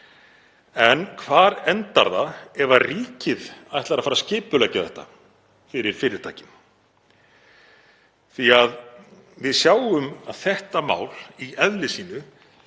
En hvar endar það ef ríkið ætlar að fara að skipuleggja þetta fyrir fyrirtækin? Við sjáum að þetta mál í eðli sínu